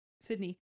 Sydney